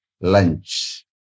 lunch